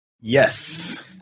Yes